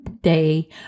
day